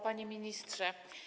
Panie Ministrze!